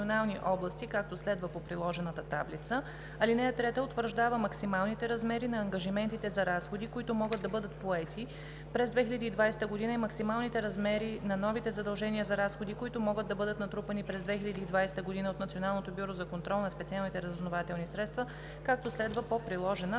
таблица. (3) Утвърждава максималните размери на ангажиментите за разходи, които могат да бъдат поети през 2020 г., и максималните размери на новите задължения за разходи, които могат да бъдат натрупани през 2020 г. от Националното бюро за контрол на специалните разузнавателни средства, както следва по приложена